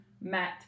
met